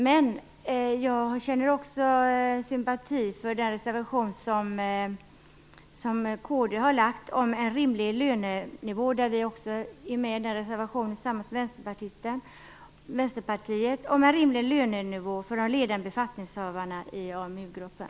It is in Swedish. Men jag känner också sympati för den reservation som kd har lagt fram om en rymlig lönenivå. Vi är tillsammans med Vänsterpartiet också med på den reservationen om en rimlig lönenivå för de ledande befattningshavarna i Amu-gruppen.